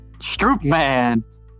Stroopman